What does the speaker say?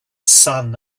sun